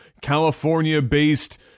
California-based